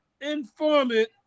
informant